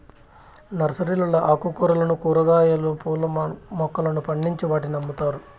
నర్సరీలలో ఆకుకూరలను, కూరగాయలు, పూల మొక్కలను పండించి వాటిని అమ్ముతారు